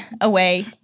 away